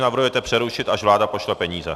Navrhujete přerušit, až vláda pošle peníze?